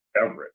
Everett